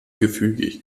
gefügig